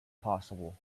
possible